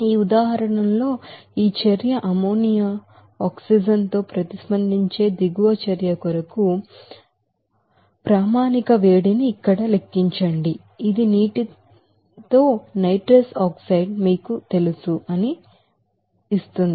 ఈ ఉదాహరణలో ఈ చర్య అమ్మోనియా ఆక్సిజన్ తో ప్రతిస్పందించే దిగువ చర్య కొరకు చర్య యొక్క స్టాండ్డ్ర్డ్ హీట్ ని ఇక్కడ లెక్కించండి ఇది నీటితో నైట్రస్ ఆక్సైడ్ మీకు తెలుసు అని మీకు ఇస్తుంది